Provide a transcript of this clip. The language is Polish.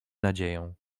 nadzieją